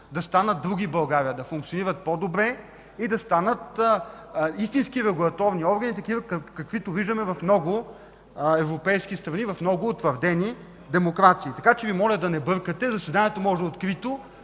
да станат други в България, да функционират по-добре и да станат истински регулаторни органи, каквито виждаме в много европейски страни, в много утвърдени демокрации. Така че Ви моля да не бъркате – заседанието може да е закрито,